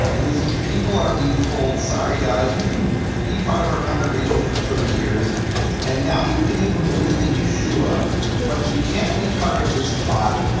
and these people are being told, sorry guys, you can be part of our congregation for thirty years and now you can even believe in yeshua but you can't be part of this body,